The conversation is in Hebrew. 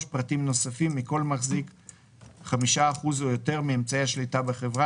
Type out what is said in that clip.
פרטים נוספים מכל מחזיק 5% או יותר מאמצעי השליטה בחברה,